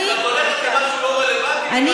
את עושה טעות שאת הולכת למשהו לא רלוונטי.